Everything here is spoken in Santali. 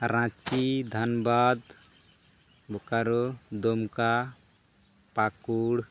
ᱨᱟᱺᱪᱤ ᱫᱷᱟᱱᱵᱟᱫᱽ ᱵᱳᱠᱟᱨᱳ ᱫᱩᱢᱠᱟ ᱯᱟᱹᱠᱩᱲ